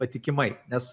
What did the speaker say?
patikimai nes